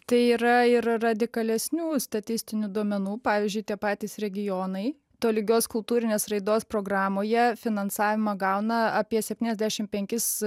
tai yra ir radikalesnių statistinių duomenų pavyzdžiui tie patys regionai tolygios kultūrinės raidos programoje finansavimą gauna apie septyniasdešim penkis